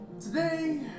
Today